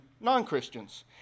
non-Christians